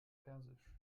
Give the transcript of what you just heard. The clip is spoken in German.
persisch